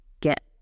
get